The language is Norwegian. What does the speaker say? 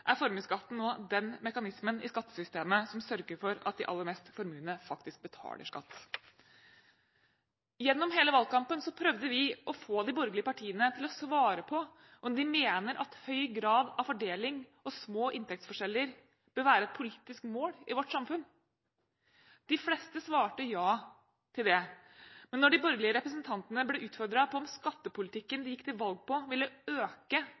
er formuesskatten nå den mekanismen i skattesystemet som sørger for at de aller mest formuende faktisk betaler skatt. Gjennom hele valgkampen prøvde vi å få de borgerlige partiene til å svare på om de mener at en høy grad av fordeling og små inntektsforskjeller bør være et politisk mål i vårt samfunn. De fleste svarte ja til det, men da de borgerlige representantene ble utfordret på om skattepolitikken de gikk til valg på, ville øke